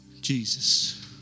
Jesus